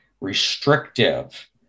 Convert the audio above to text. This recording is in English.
restrictive